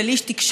של איש תקשורת: